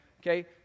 okay